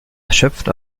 erschöpft